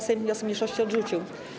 Sejm wniosek mniejszości odrzucił.